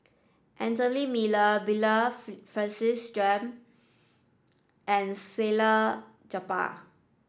Anthony Miller Bernard Francis Jame and Salleh Japar